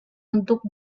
untuk